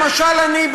למשל אני,